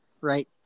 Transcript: right